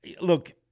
look